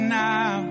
now